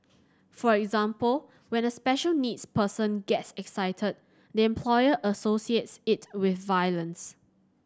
for example when a special needs person gets excited the employer associates it with violence